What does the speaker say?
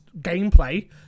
gameplay